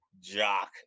jock